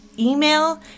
email